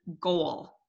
goal